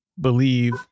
believe